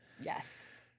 Yes